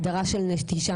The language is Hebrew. הגדרה של נטישה,